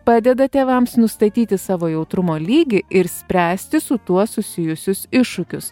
padeda tėvams nustatyti savo jautrumo lygį ir spręsti su tuo susijusius iššūkius